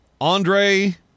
Andre